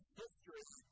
history